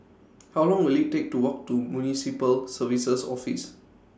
How Long Will IT Take to Walk to Municipal Services Office